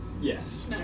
yes